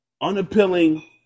unappealing